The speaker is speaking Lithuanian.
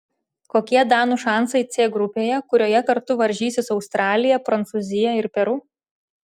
kokie danų šansai c grupėje kurioje kartu varžysis australija prancūzija ir peru